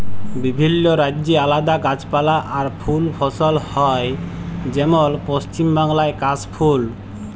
বিভিল্য রাজ্যে আলাদা গাছপালা আর ফুল ফসল হ্যয় যেমল পশ্চিম বাংলায় কাশ ফুল